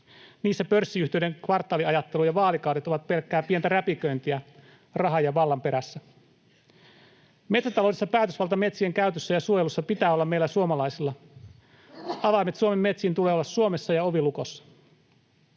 Niissä pörssiyhtiöiden kvartaaliajattelu ja vaalikaudet ovat pelkkää pientä räpiköintiä rahan ja vallan perässä. Metsätaloudessa päätösvalta metsien käytössä ja suojelussa pitää olla meillä suomalaisilla. Avainten Suomen metsiin tulee olla Suomessa ja oven lukossa.